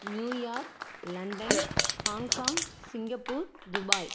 New York London Hong Kong Singapore Dubai